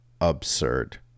absurd